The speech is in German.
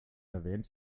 erwähnt